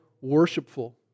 worshipful